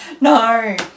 No